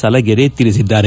ಸಲಗೆರೆ ತಿಳಿಸಿದ್ದಾರೆ